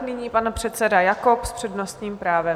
Nyní pan předseda Jakob s přednostním právem.